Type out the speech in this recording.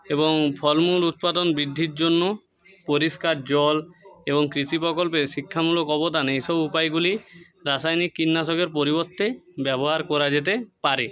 এবং ফলমূল উৎপাদন বৃদ্ধির জন্য পরিষ্কার জল এবং কৃষি প্রকল্পে শিক্ষামূলক অবদান এই সব উপায়গুলি রাসায়নিক কীটনাশকের পরিবর্তে ব্যবহার করা যেতে পারে